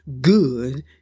good